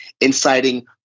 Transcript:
inciting